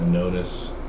Notice